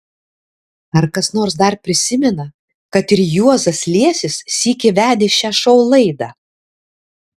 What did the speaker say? ar kas nors dar prisimena kad ir juozas liesis sykį vedė šią šou laidą